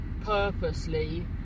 purposely